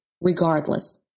regardless